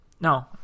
No